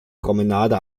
promenade